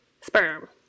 sperm